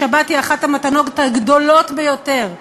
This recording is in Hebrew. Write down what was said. השבת היא אחת המתנות הגדולות ביותר שיש.